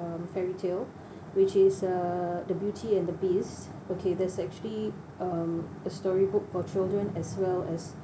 um fairy tale which is uh the beauty and the beast okay there's actually um a storybook for children as well as